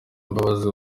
imbabazi